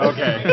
Okay